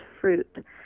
fruit